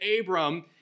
Abram